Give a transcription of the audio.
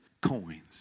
coins